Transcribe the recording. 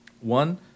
One